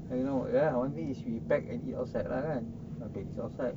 I don't know ya one thing is we pack and eat outside lah kan is outside